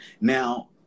Now